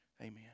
Amen